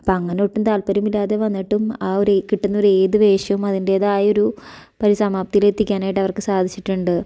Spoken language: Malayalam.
അപ്പം അങ്ങനെ ഒട്ടും താൽപ്പര്യമില്ലാതെ വന്നിട്ടും ആ ഒരു കിട്ടുന്നൊരു ഏത് വേഷവും അതിൻറ്റേതായൊരു പരിസമാപ്തിയെലേക്കെത്തിക്കാനായിട്ടവർക്ക് സാധിച്ചിട്ടുണ്ട്